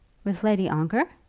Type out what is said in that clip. with lady ongar?